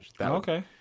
Okay